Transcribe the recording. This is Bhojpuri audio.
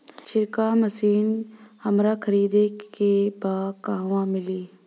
छिरकाव मशिन हमरा खरीदे के बा कहवा मिली?